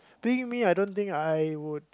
being me I don't think I would